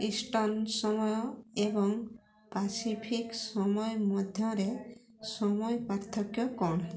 eastern ସମୟ ଏବଂ Pacific ସମୟ ମଧ୍ୟରେ ସମୟ ପାର୍ଥକ୍ୟ କ'ଣ